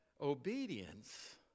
obedience